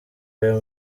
aya